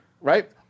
Right